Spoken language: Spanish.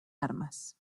armas